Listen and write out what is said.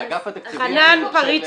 אגף התקציבים -- אנחנו מדברים על חנן פריצקי?